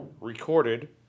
Recorded